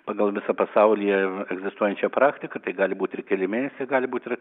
pagal visą pasaulyje egzistuojančią praktiką tai gali būt ir keli mėnesiai gali būt ir